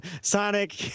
Sonic